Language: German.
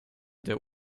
der